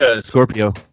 Scorpio